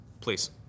please